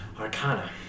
arcana